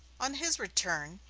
on his return,